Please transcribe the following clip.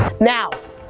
now,